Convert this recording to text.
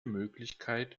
möglichkeit